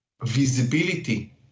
Visibility